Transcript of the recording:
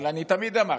אבל אני תמיד אמרתי,